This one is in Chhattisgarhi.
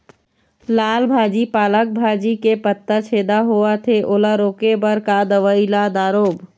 लाल भाजी पालक भाजी के पत्ता छेदा होवथे ओला रोके बर का दवई ला दारोब?